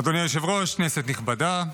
אדוני היושב-ראש, כנסת נכבדה,